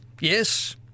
Yes